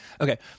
okay